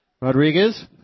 Rodriguez